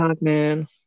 Man